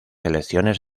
elecciones